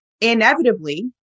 inevitably